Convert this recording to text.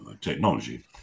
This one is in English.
technology